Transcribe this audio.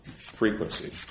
frequency